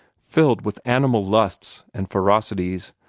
filled with animal lusts and ferocities,